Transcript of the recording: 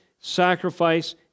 sacrifice